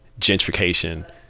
gentrification